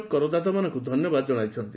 ଟ କରଦାତାମାନଙ୍କୁ ଧନ୍ୟବାଦ ଜଣାଇଛନ୍ତି